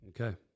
Okay